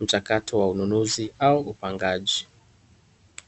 mchakato wa ununuzi au upangaji.